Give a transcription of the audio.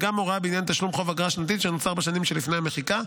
וגם הוראה בעניין תשלום חוב אגרה שנתית שנוצר בשנים שלפני המחיקה,